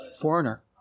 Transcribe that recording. foreigner